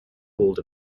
hold